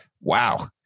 Wow